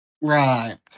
Right